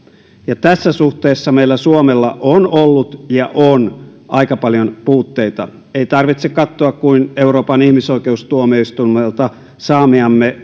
ja tässä suhteessa meillä suomessa on ollut ja on aika paljon puutteita ei tarvitse katsoa kuin euroopan ihmisoikeustuomioistuimelta saamiamme